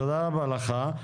תודה רבה לך.